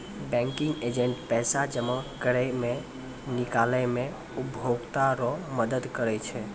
banking agent पैसा जमा करै मे, निकालै मे उपभोकता रो मदद करै छै